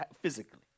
physically